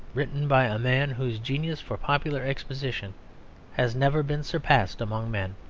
written by a man whose genius for popular exposition has never been surpassed among men,